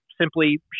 simply